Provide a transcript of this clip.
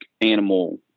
animal